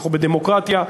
אנחנו בדמוקרטיה,